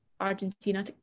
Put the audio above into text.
Argentina